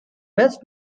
best